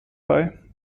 bei